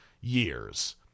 years